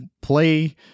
play